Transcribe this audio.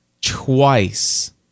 twice